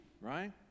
right